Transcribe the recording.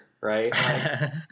right